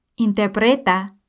Interpreta